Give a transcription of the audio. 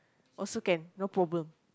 also can no problem